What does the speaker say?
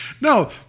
no